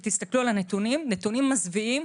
תסתכלו על הנתונים, נתונים מזוויעים.